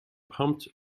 pumped